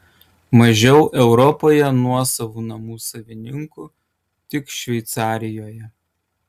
mažiau europoje nuosavų namų savininkų tik šveicarijoje